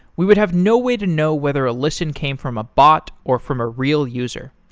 we would have no way to know whether a listen came from a bot or from a real user.